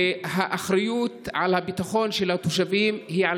והאחריות לביטחון של התושבים היא על